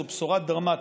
זו בשורה דרמטית.